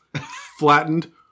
Flattened